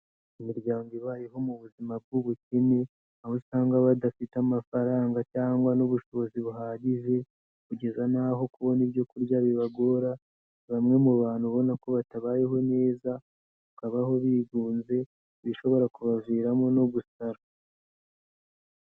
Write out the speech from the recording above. Imiryango ibayeho mu buzima bw'ubukene aho usanga badafite amafaranga cyangwa n'ubushobozi buhagije kugeza n'aho kubona ibyo kurya bibagora, ni bamwe mu bantu ubona ko batabayeho neza bakabaho bigunze bishobora kubaviramo no gusara.